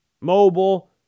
Mobile